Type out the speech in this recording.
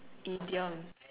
idiom